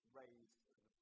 raised